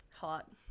hot